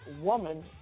Woman